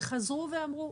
וחזרו ואמרו,